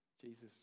Jesus